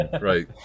right